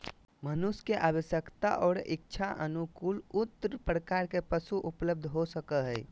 मनुष्य के आवश्यकता और इच्छानुकूल उन्नत प्रकार के पशु उपलब्ध हो सको हइ